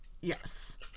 Yes